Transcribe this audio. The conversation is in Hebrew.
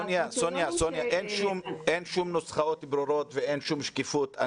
סוניה, אין שום נוסחאות ברורות ואין שום שקיפות.